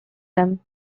them